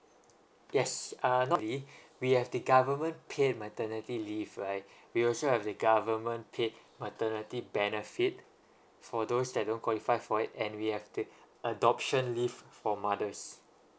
yes uh not really we have the government paid maternity leave right we also have the government paid maternity benefit for those that don't qualify for it and we have the adoption leave for mothers